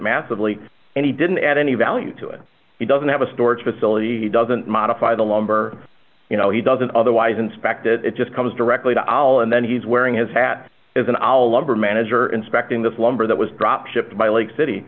massively and he didn't add any value to it he doesn't have a storage facility he doesn't modify the lumber you know he doesn't otherwise inspect it it just comes directly to allah and then he's wearing his hat as an ol lumber manager inspecting this lumber that was dropship by lake city